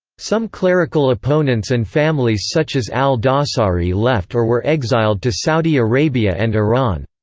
some clerical opponents and families such as al dossari left or were exiled to saudi arabia and iran.